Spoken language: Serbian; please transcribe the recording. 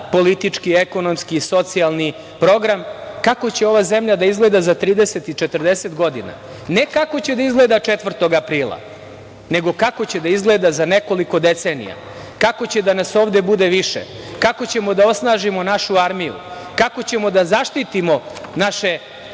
politički, ekonomski i socijalni program, kako će Srbija da izgleda za 30 i 40 godina. Ne kako će da izgleda 4. aprila, nego kako će da izgleda za nekoliko decenija. Kako će da nas ovde bude više, kako ćemo da osnažimo našu armiju, kako ćemo da zaštitimo naše